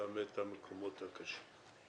גם את המקומות הקשים.